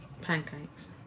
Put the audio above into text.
pancakes